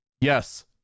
Yes